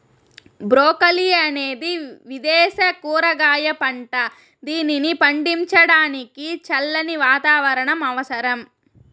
broccoli అనేది విదేశ కూరగాయ పంట, దీనిని పండించడానికి చల్లని వాతావరణం అవసరం